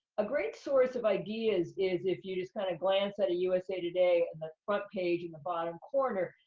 a great source of ideas is if you just kind of glance at a usa today, and the front page in the bottom corner.